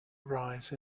arise